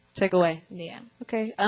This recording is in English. take away? yeah.